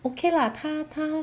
okay lah 他他